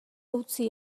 utzi